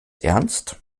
ernst